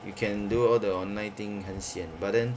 you can do all the online thing 很 sian but then